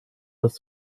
das